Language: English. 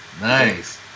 nice